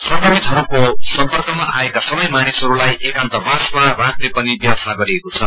संक्रमितहरूको सम्पर्कमा आएको सबै मानिसहस्ताई एकान्तवासमा राख्ने पनि व्यवस्था गरिएको छ